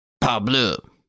Pablo